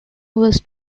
was